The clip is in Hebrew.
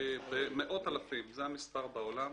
במאות אלפים זה המספר בעולם.